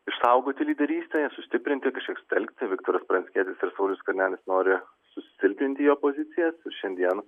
išsaugoti lyderystę sustiprinti kažkiek sutelkti viktoras pranckietis ir saulius skvernelis nori susilpninti jo pozicijas šiandien